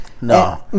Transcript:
No